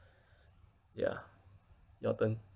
ya your turn